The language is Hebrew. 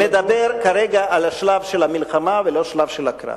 אני מדבר כרגע על השלב של המלחמה ולא השלב של הקרב,